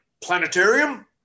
planetarium